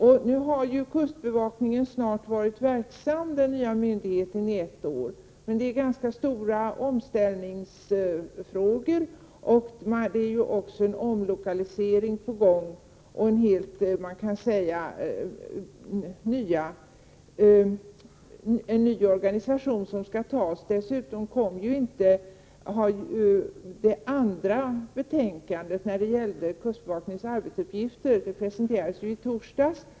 Nu har den nya myndigheten kustbevakningen varit verksam i snart ett år, men det har varit ganska stora omställningsproblem, vidare är också en omlokalisering på gång, och en helt ny organisation skall genomföras. Det andra betänkandet när det gäller kustbevakningens arbetsuppgifter presenterades ju i torsdags.